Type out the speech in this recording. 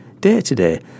day-to-day